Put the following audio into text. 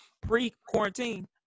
pre-quarantine